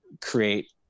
create